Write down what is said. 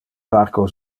parco